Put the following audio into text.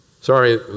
Sorry